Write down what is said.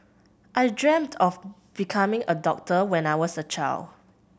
I dreamt of becoming a doctor when I was a child